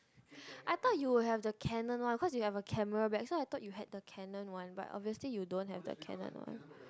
I thought you would have the Canon one cause you have a camera bag so I thought you have the Canon one but obviously you don't have the Canon one